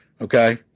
Okay